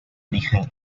origen